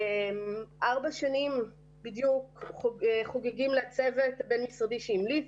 ארבע שנים בדיוק חוגגים לצוות הבין משרדי שהמליץ.